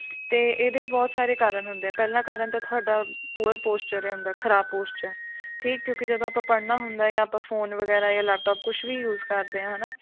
ਅਤੇ ਇਹਦੇ ਬਹੁਤ ਸਾਰੇ ਕਾਰਨ ਹੁੰਦੇ ਪਹਿਲਾਂ ਕਾਰਨ ਤਾਂ ਤੁਹਾਡਾ ਪੂਅਰ ਪੋਸਚਰ ਹੁੰਦਾ ਖਰਾਬ ਪੋਸਚਰ ਠੀਕ ਕਿਉਂਕਿ ਜਦੋਂ ਆਪਾਂ ਪੜ੍ਹਨਾ ਹੁੰਦਾ ਜਾਂ ਆਪਾਂ ਫੋਨ ਵਗੈਰਾ ਜਾਂ ਲੈਪਟੋੇਪ ਕੁਛ ਵੀ ਯੂਜ ਕਰਦੇ ਹਾਂ ਹੈ ਨਾ